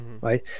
right